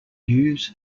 news